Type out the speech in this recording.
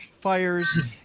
fires